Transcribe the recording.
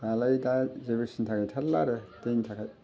दालाय दा जेबो सिन्था गैथारला आरो दैनि थाखाय